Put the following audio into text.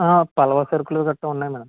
పలవ సరుకులు గట్రా ఉన్నాయి మేడం